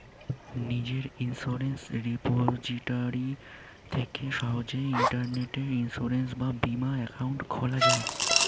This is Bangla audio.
নিজের ইন্সুরেন্স রিপোজিটরি থেকে সহজেই ইন্টারনেটে ইন্সুরেন্স বা বীমা অ্যাকাউন্ট খোলা যায়